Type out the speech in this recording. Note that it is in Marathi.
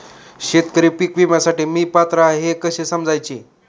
शेतकरी पीक विम्यासाठी मी पात्र आहे हे कसे समजायचे?